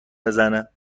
بزنه